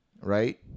right